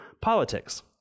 politics